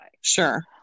Sure